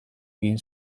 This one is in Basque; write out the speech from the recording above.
egin